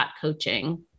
.coaching